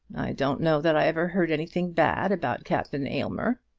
don't know that i ever heard anything bad about captain aylmer.